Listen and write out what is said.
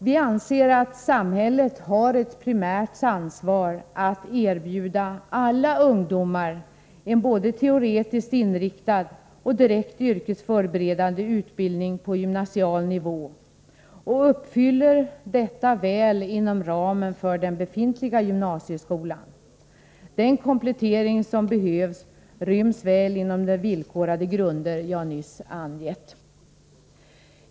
Vi anser att samhället har ett primärt ansvar för att erbjuda alla ungdomar en både teoretiskt inriktad och direkt yrkesförberedande utbildning på gymnasial nivå och uppfyller detta väl inom ramen för den befintliga gymnasieskolan. Den komplettering som behövs ryms väl inom de villkorade grunder som jag nyss angivit.